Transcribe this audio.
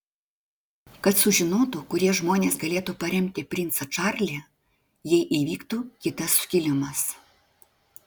kad sužinotų kurie žmonės galėtų paremti princą čarlį jei įvyktų kitas sukilimas